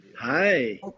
Hi